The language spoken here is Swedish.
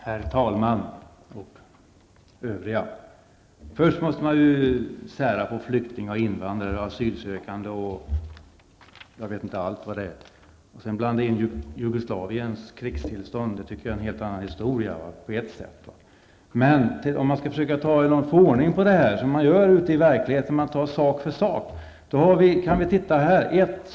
Herr talman! Vi måste skilja på flyktingar, invandrare, asylsökande och allt vad det kan vara. Att blanda in Jugoslaviens krigstillstånd är fel -- det är en helt annan historia. Om vi nu skall försöka få ordning på det här, som man gör i verkligheten och tar sak för sak, kan vi börja med att titta på vissa fakta.